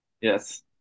Yes